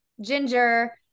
ginger